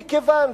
מכיוון,